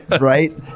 Right